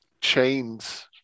chains